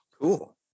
Cool